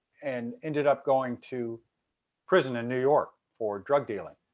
and ended up going to prison in new york for drug dealing.